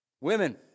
Women